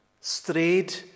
strayed